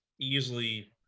easily